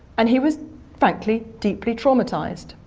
and he was frankly deeply traumatised.